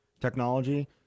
technology